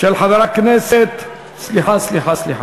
של חבר הכנסת סליחה סליחה